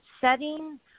setting